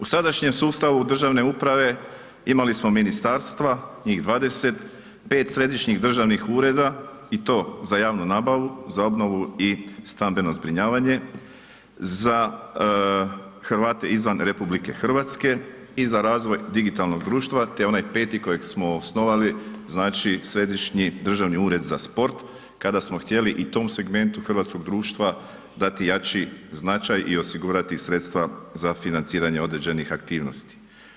U sadašnjem sustavu državne uprave imali smo ministarstva, njih 20, 5 središnjih državnih ureda i to za javnu nabavu, za obnovu i stambeno zbrinjavanje, za Hrvate izvan RH i za razvoj digitalnog društva, te onaj 5 kojeg smo osnovali znači središnji državni ured za sport kada smo htjeli i tom segmentu hrvatskog društva dati jači značaj i osigurati sredstva za financiranje određenih aktivnosti.